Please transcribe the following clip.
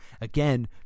Again